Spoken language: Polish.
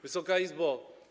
Wysoka Izbo!